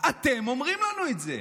אתם אומרים לנו את זה.